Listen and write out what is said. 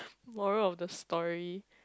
moral of the story